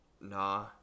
nah